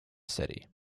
city